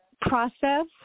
process